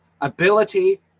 ability